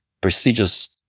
prestigious